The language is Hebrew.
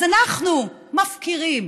אז אנחנו מפקירים